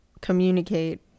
communicate